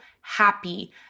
happy